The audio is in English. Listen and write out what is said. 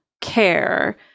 care